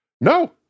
No